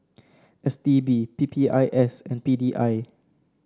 S T B P P I S and P D I